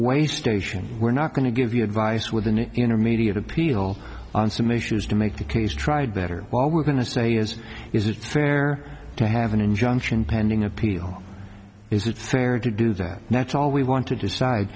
way station we're not going to give you advice nice with an intermediate appeal on some issues to make the case tried better well we're going to say is is it fair to have an injunction pending appeal is it fair to do that that's all we want to decide